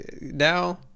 now